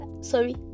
sorry